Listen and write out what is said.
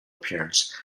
appearance